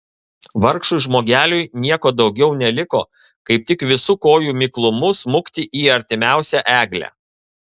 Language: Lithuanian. vargšui žmogeliui nieko daugiau neliko kaip tik visu kojų miklumu smukti į artimiausią eglę